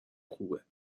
خوبه